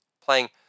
Playing